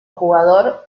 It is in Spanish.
jugador